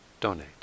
donate